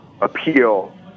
appeal